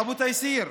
אבו תייסיר,